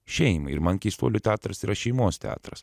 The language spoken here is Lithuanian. šeimai ir man keistuolių teatras yra šeimos teatras